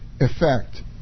effect